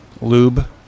lube